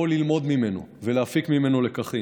או ללמוד ממנו ולהפיק ממנו לקחים.